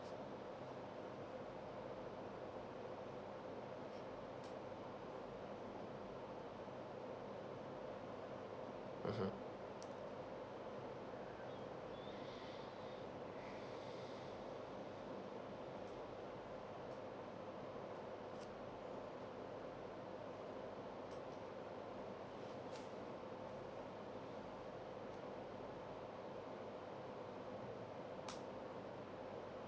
mmhmm